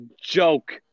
joke